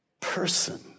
person